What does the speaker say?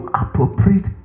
appropriate